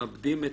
נאבד את